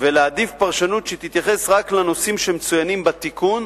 ולהעדיף פרשנות שתתייחס רק לנושאים שמצוינים בתיקון,